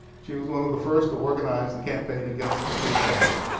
she was one of the first to organize the campaign against the streetcars.